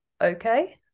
okay